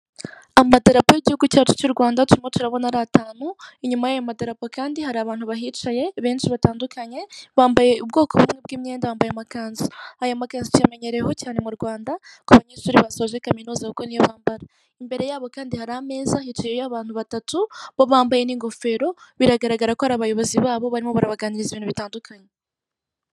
Amadarapo y'iguhugu cyacu cy'u Rwanda turimo turabona ari atanu . Inyuma yayo madarapo kandi hari abantu bahicaye benshi batandyukanye bambaye ubwoko bumwe bw'imyenda bambaye amakanzu. Aya makanzu tuyamenyereye ho cyane mu Rwanda ku banyeshuri basoje kaminuza kuko niyo bambara , imbere yabo kandi hari ameza hicayeyo abantu batatu bo bambaye n'ingofero biragaragara ko ari abayobozi babo barimo barabaganiriza ibintu bitandukanye.